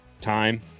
time